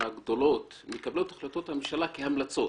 הגדולות מקבלות את החלטות הממשלה כהמלצות